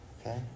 Okay